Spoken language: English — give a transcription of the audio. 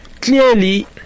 clearly